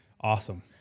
awesome